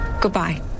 Goodbye